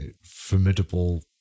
formidable